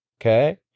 okay